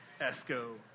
Esco